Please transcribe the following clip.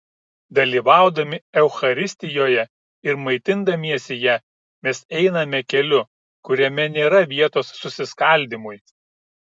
dalyvaudami eucharistijoje ir maitindamiesi ja mes einame keliu kuriame nėra vietos susiskaldymui